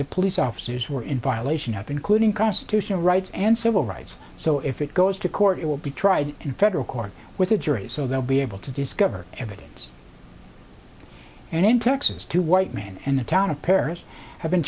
the police officers were in violation of including constitutional rights and civil rights so if it goes to court it will be tried in federal court with a jury so they'll be able to discover evidence and in texas two white men in the town of paris have been